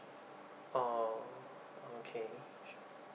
oh okay